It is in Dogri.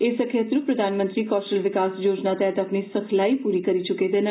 एह सखेत्र प्रधानमंत्री कौशल विकास योजना तैह्त अपनी सिखलाई पूरी करी चुके दे न